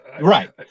Right